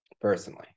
personally